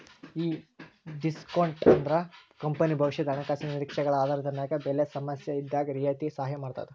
ಈ ಡಿಸ್ಕೋನ್ಟ್ ಅಂದ್ರ ಕಂಪನಿ ಭವಿಷ್ಯದ ಹಣಕಾಸಿನ ನಿರೇಕ್ಷೆಗಳ ಆಧಾರದ ಮ್ಯಾಗ ಬೆಲೆ ಸಮಸ್ಯೆಇದ್ದಾಗ್ ರಿಯಾಯಿತಿ ಸಹಾಯ ಮಾಡ್ತದ